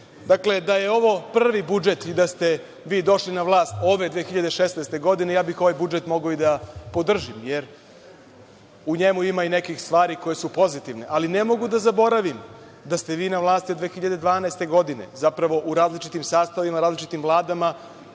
Dakle, da je ovo prvi budžet i da ste vi došli na vlast ove 2016. godine, ovaj budžet bih mogao i da podržim, jer u njemu ima i nekih stvari koje su pozitivne. Ali ne mogu da zaboravim da ste vi na vlasti od 2012. godine, zapravo u različitim sastavima, različitim Vladama,